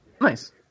nice